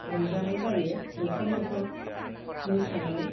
रंजानाय जायो न'खर न'खर मोसायो